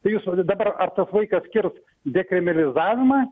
tai jūs o dabar ar tas vaikas skirs dekrimilizavimą